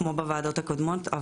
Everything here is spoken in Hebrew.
כמו בוועדות הקודמות,